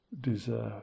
deserve